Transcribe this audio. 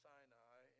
Sinai